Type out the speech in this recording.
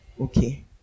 okay